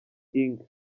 inc